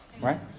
right